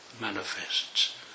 manifests